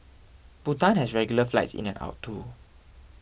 Bhutan has regular flights in and out too